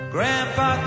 Grandpa